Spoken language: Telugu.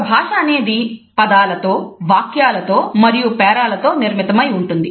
ఒక భాష అనేది పదాలతో వాక్యాలతో మరియు పేరాల తో నిర్మితమై ఉంటుంది